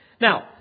Now